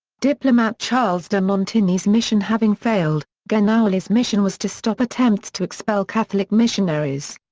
diplomat charles de montigny's mission having failed, genouilly's mission was to stop attempts to expel catholic missionaries.